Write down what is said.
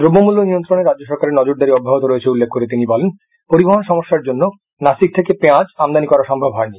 দ্রব্যমূল্য নিয়ন্ত্রণে রাজ্য সরকারের নজরদারি অব্যাহত রয়েছে উল্লেখ করে তিনি বলেন পরিবহন সমস্যার জন্য নাসিক থেকে পেঁয়াজ আমদানি করা সম্ভব হয়নি